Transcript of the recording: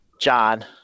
John